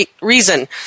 reason